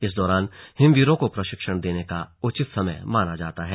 इसी वक्त को हिमवीरों को प्रशिक्षण देने का उचित समय माना जाता है